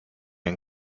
and